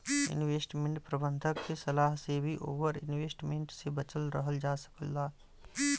investment प्रबंधक के सलाह से भी ओवर इन्वेस्टमेंट से बचल रहल जा सकला